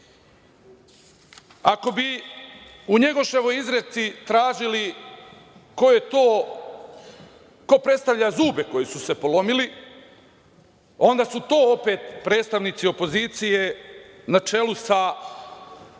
bi u Njegoševoj izreci tražili ko predstavlja zube koji su se polomili, onda su to opet predstavnici opozicije, koje predvode